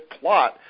plot